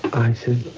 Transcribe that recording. i said,